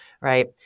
right